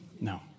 No